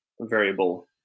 variable